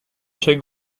chaque